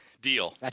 Deal